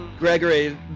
Gregory